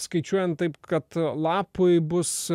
skaičiuojant taip kad lapai bus